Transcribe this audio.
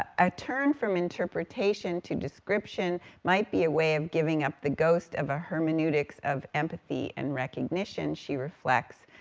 a turn from interpretation to description might be a way of giving up the ghost of a hermeneutics of empathy and recognition, she reflects,